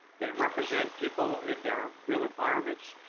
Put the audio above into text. they represent people in their real environments,